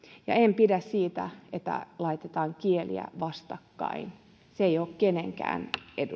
ja en pidä siitä että laitetaan kieliä vastakkain se ei ole kenenkään